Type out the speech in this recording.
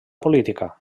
política